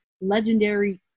legendary